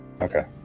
Okay